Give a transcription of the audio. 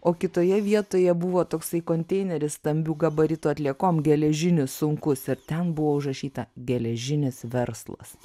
o kitoje vietoje buvo toksai konteineris stambių gabaritų atliekom geležinis sunkus ir ten buvo užrašyta geležinis verslas